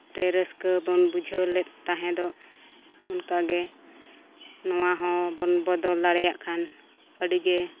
ᱨᱟᱹᱥᱠᱟᱹ ᱵᱚᱱ ᱵᱩᱡᱷᱟᱹᱣ ᱞᱮᱫ ᱛᱟᱦᱮᱸ ᱫᱚ ᱚᱱᱠᱟᱜᱮ ᱱᱚᱣᱟ ᱦᱚᱵᱚᱱ ᱵᱚᱫᱚᱞ ᱫᱟᱲᱮᱭᱟᱜ ᱠᱟᱱ ᱟᱹᱰᱤᱜᱮ